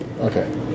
Okay